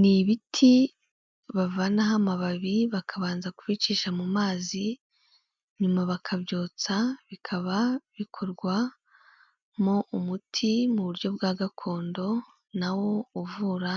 Ni ibiti bavanaho amababi bakabanza kubicisha mu mazi nyuma bakabyotsa bikaba bikorwa mu umuti mu buryo bwa gakondo, nawo uvura